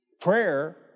Prayer